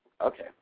Okay